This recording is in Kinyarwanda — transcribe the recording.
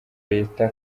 leta